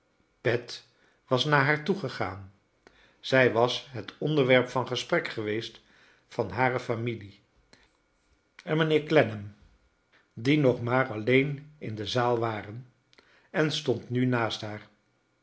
pet was naar haar toe gegaan zij wa het onderwerp van gesprek geweest van hare familie en mijnheer clennam die nog maar alleen in de zaal vvaren en stond nu naast haar